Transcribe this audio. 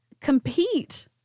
compete